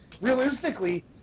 realistically